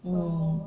mm